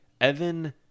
Evan